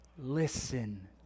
Listen